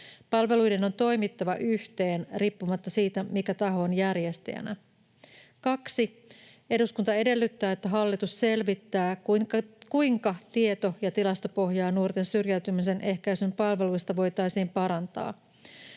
Palveluiden on toimittava yhteen riippumatta siitä, mikä taho on järjestäjänä. 2. Eduskunta edellyttää, että hallitus selvittää, kuinka tieto‑ ja tilastopohjaa nuorten syrjäytymisen ehkäisyn palveluista voitaisiin parantaa.